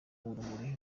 urumuri